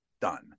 done